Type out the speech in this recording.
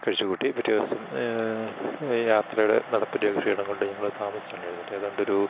കഴിച്ച് കൂട്ടി പിറ്റേ ദിവസം ഈ യാത്രയുടെ നടപ്പിന്റെ ഒരു ക്ഷീണം കൊണ്ട് ഞങ്ങൾ താമസിച്ചാണ് എഴുന്നേറ്റത് ഏതാണ്ടൊരു